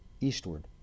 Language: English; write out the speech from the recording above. eastward